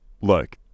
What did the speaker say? look